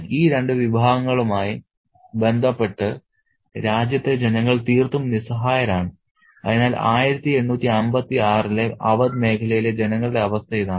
ഈ രണ്ട് വിഭാഗങ്ങളുമായി ബന്ധപ്പെട്ട് രാജ്യത്തെ ജനങ്ങൾ തീർത്തും നിസ്സഹായരാണ് അതിനാൽ 1856 ലെ അവധ് മേഖലയിലെ ജനങ്ങളുടെ അവസ്ഥ ഇതാണ്